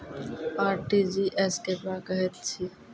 RTGS केकरा कहैत अछि?